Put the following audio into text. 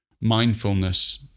mindfulness